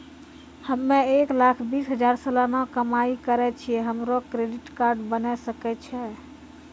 हम्मय एक लाख बीस हजार सलाना कमाई करे छियै, हमरो क्रेडिट कार्ड बने सकय छै?